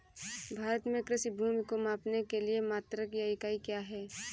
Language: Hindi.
भारत में कृषि भूमि को मापने के लिए मात्रक या इकाई क्या है?